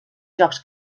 jocs